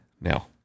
Now